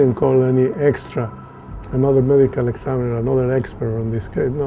and call any extra another medical examiner, another expert on this case?